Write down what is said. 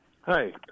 Hi